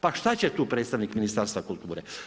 Pa šta će tu predstavnik Ministarstva kulture?